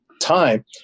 time